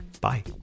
Bye